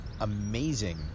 amazing